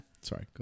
Sorry